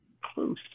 close